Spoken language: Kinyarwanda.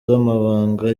z’amabanga